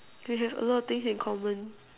you have a lot of things in common